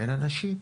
אין אנשים.